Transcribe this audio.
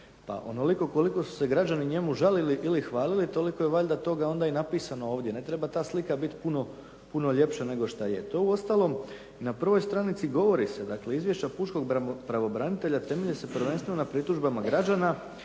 Pa onoliko koliko su se građani žalili ili hvaliti toliko je valjda toga i napisano ovdje. Ne treba ta slika biti puno ljepša nego što je. To uostalom na prvoj stranici govori se dakle izvješća pučkog pravobranitelja temelje se prvenstveno na pritužbama građana